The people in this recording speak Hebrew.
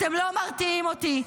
אתם לא מרתיעים אותי,